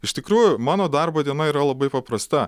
iš tikrųjų mano darbo diena yra labai paprasta